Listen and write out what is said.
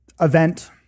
Event